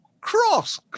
Cross